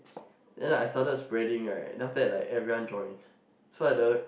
then like I started to spreading right then after it like everyone join